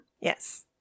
Yes